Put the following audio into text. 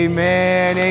Amen